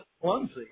clumsy